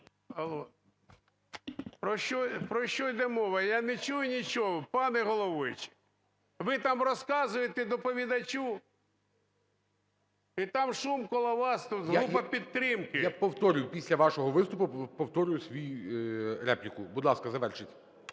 Про що йде мова, я не чую нічого. Пане головуючий, ви там розказуєте доповідачу, і там шум коло вас, тут група підтримки. ГОЛОВУЮЧИЙ. Я повторюю, після вашого виступу повторю свою репліку. Будь ласка, завершіть.